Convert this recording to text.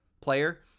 player